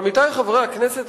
עמיתי חברי הכנסת,